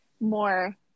more